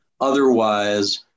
Otherwise